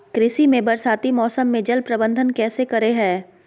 कृषि में बरसाती मौसम में जल प्रबंधन कैसे करे हैय?